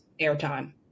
airtime